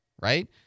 right